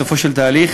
בסופו של תהליך,